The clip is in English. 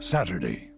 Saturday